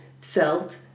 felt